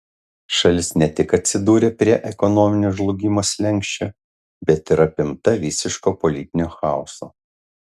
šalis ne tik atsidūrė prie ekonominio žlugimo slenksčio bet ir apimta visiško politinio chaoso